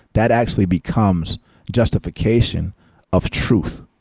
that actually becomes justification of truth,